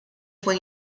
fue